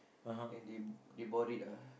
and they they bought it ah